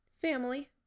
Family